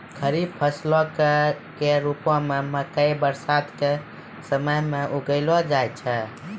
खरीफ फसलो के रुपो मे मकइ बरसातो के समय मे उगैलो जाय छै